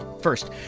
First